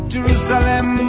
Jerusalem